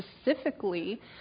specifically